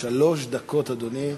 שלוש דקות, אדוני,